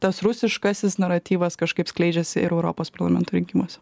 tas rusiškasis naratyvas kažkaip skleidžiasi ir europos parlamento rinkimuose